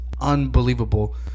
unbelievable